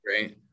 right